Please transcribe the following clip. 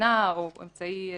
הסדנה או אמצעי שיגובש,